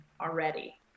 already